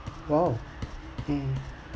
!wow! mm